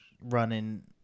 running